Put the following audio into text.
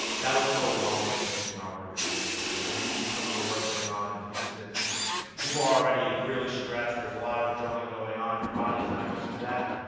that would go a long way to keeping our workers safe. and and you see some of the work going on in houston people are already really stressed. there's a lot of adrenaline going on. your body is not used to that.